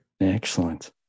Excellent